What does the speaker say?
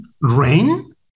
rain